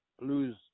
lose